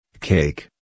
Cake